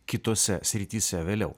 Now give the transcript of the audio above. kitose srityse vėliau